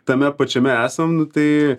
tame pačiame esam nu tai